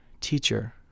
Teacher